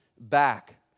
back